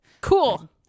Cool